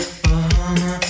Bahama